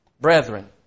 brethren